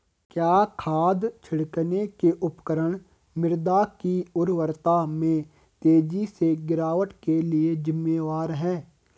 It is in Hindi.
क्या खाद छिड़कने के उपकरण मृदा की उर्वरता में तेजी से गिरावट के लिए जिम्मेवार हैं?